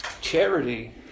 Charity